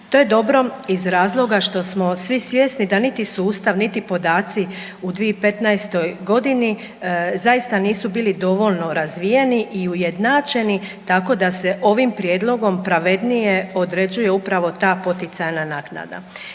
To je dobro iz razloga što smo svi svjesni da niti sustav, niti podaci u 2015. godini zaista nisu bili dovoljno razvijeni i ujednačeni tako da se ovim prijedlogom pravednije određuje upravo ta poticajna naknada.